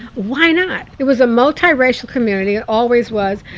why not? it was a multiracial community, always was,